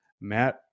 Matt